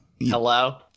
Hello